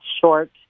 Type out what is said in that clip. short